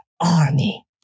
army